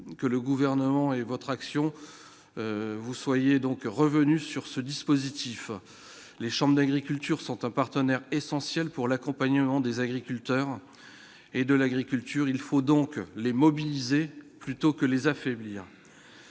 que le gouvernement et votre action, vous soyez donc revenu sur ce dispositif, les chambres d'agriculture sont un partenaire essentiel pour l'accompagnement des agriculteurs et de l'agriculture, il faut donc les mobiliser plutôt que les affaiblir,